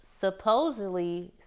supposedly